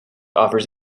offers